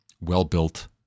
well-built